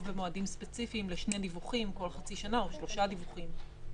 במועדים ספציפיים לשני דיווחים כל חצי שנה או שלושה דיווחים.